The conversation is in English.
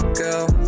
girl